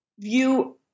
view